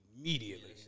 immediately